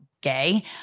gay